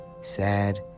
sad